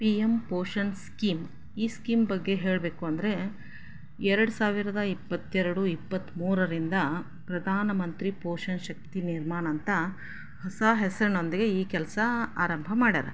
P M Poshan scheme ಈ scheme ಬಗ್ಗೆ ಹೇಳಬೇಕು ಅಂದರೆ ಎರಡು ಸಾವಿರದ ಇಪ್ಪತ್ತೆರಡು ಇಪ್ಪತ್ಮೂರರಿಂದ ಪ್ರಧಾನ ಮಂತ್ರಿ ಪೋಷಣ್ ಶಕ್ತಿ ನಿರ್ಮಾಣ ಅಂತ ಹೊಸ ಹೆಸರಿನೊಂದಿಗೆ ಈ ಕೆಲಸ ಆರಂಭ ಮಾಡ್ಯಾರೆ